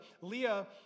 Leah